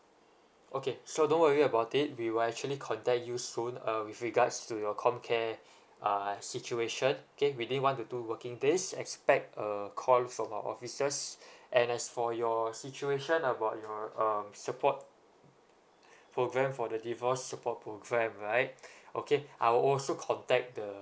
okay so don't worry about it we will actually contact you soon err with regards to your comcare uh situation okay within one to two working days expect a call from our officers and as for your situation about your um support programme for the divorce support programme right okay I will also contact the